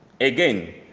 Again